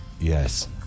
Yes